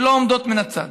שלא עומדות מהצד.